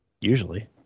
Usually